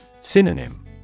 Synonym